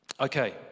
Okay